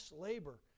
labor